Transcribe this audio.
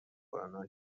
کرونا